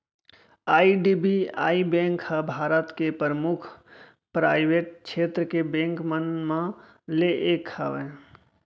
IDBI bank ह भारत के परमुख पराइवेट छेत्र के बेंक मन म ले एक हवय